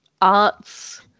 arts